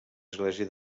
església